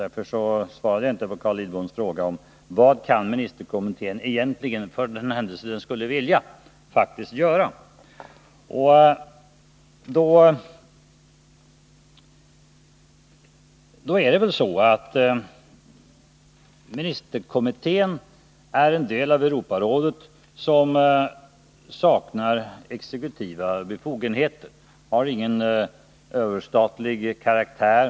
Därför svarade jag inte på Carl Lidboms fråga om vad ministerkommittén egentligen kan göra för den händelse den faktiskt skulle vilja göra någonting. Ministerkommittén är en del av Europarådet, som saknar exekutiva befogenheter. Europarådet har ingen överstatlig karaktär.